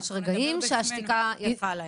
רגעים שהשתיקה יפה להם.